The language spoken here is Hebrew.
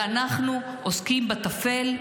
ואנחנו עוסקים בטפל.